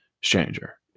stranger